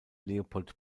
leopold